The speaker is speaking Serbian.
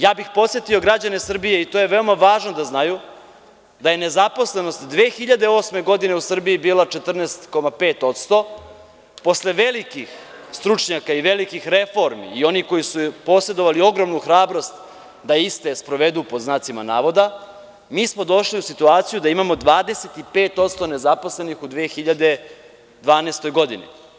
Ja bih podsetio građane Srbije i to je veoma važno da znaju, da je nezaposlenost 2008. godine u Srbiji bila 14,5%, posle velikih stručnjaka i velikih reformi i onih koji su posedovali ogromnu hrabrost da iste „sprovedu“, mi smo došli u situaciju da imamo 25% nezaposlenih u 2012. godini.